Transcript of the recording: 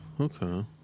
okay